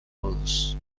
rules